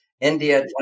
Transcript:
India